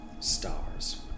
Stars